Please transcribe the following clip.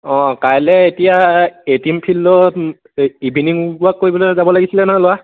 অঁ কাইলৈ এতিয়া এ টিম ফিল্ডত ইভিননিং ৱাক কৰিবলৈ যাব লাগিছিলে নহয় ল'ৰা